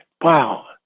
wow